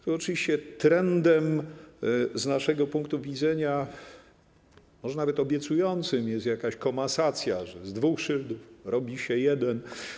Tu oczywiście trendem, z naszego punktu widzenia może nawet obiecującym, jest jakaś komasacja, że z dwóch szyldów robi się jeden.